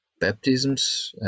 baptisms